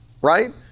right